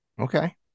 Okay